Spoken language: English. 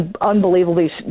unbelievably